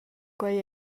quei